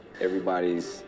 everybody's